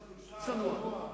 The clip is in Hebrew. צנוע.